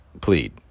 plead